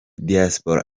diaspora